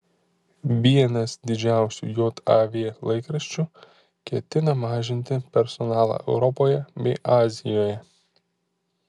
vienas didžiausių jav laikraščių ketina mažinti personalą europoje bei azijoje